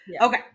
Okay